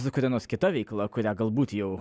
su kuria nors kita veikla kurią galbūt jau